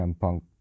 Punk